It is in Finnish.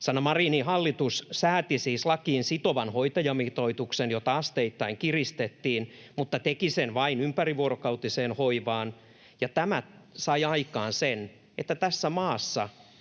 Sanna Marinin hallitus sääti siis lakiin sitovan hoitajamitoituksen, jota asteittain kiristettiin, mutta teki sen vain ympärivuorokautiseen hoivaan. Tämä sai aikaan sen, että tässä maassa